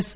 yes